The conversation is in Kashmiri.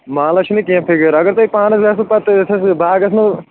مالس چھنہٕ کینہہ فِکر اگر تۄہہِ پانس آسوٕ پتہٕ تتیتھ باغس منز